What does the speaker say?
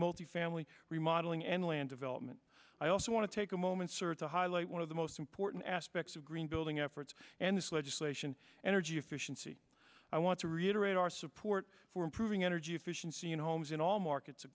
multifamily remodeling and land development i also want to take a moment sir to highlight one of the most important aspects of green building efforts and this legislation energy efficiency i want to reiterate our support for improving energy efficiency in homes in all markets